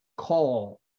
call